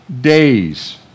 days